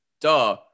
duh